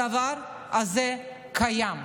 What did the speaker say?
הדבר הזה קיים.